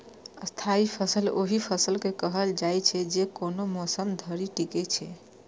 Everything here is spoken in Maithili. स्थायी फसल ओहि फसल के कहल जाइ छै, जे कोनो मौसम धरि टिकै छै